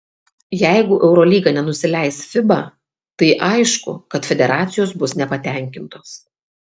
jeigu eurolyga nenusileis fiba tai aišku kad federacijos bus nepatenkintos